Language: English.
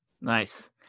Nice